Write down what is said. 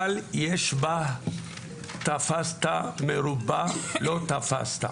אבל יש בה תפסת מרובה לא תפסת.